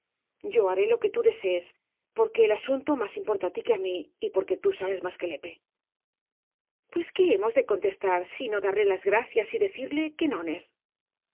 yo haré lo que tú desees porque el asunto más importa á tí que á mí y por que tú sabes más que lepe p u es qué hemos de contestar sino darle las gracias y decirle que nones